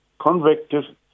convicted